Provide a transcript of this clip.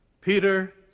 Peter